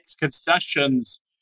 concessions